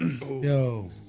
Yo